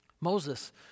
Moses